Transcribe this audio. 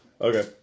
Okay